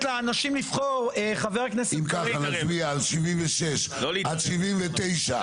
לאנשים לבחור --- אם כך נצביע על 76 עד 79,